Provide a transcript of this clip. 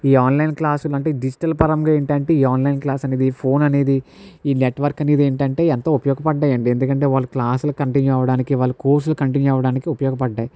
ఈ ఆన్లైన్ క్లాసులు అంటే డిజిటల్ పరంగా ఏంటంటే ఈ ఆన్లైన్ అనేది ఫోన్ అనేది ఈ నెట్వర్క్ అనేది ఏంటంటే ఎంతో ఉపయోగపడ్డాయండి ఎందుకంటే వాళ్లు క్లాసులు కంటిన్యూ అవ్వడానికి వాళ్లు కోర్సులు కంటిన్యూ అవ్వడానికి ఉపయోగపడ్డాయి